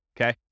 Okay